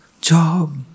job